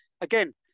again